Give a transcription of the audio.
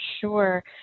sure